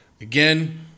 again